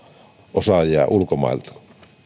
osaajia ulkomailta